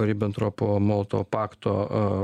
ribentropo molotovo pakto